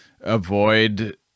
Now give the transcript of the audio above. avoid